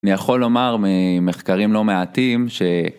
אני יכול לומר ממחקרים לא מעטים ש...